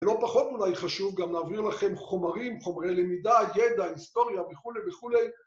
ולא פחות אולי חשוב גם להביא לכם חומרים, חומרי למידה, ידע, היסטוריה וכולי וכולי.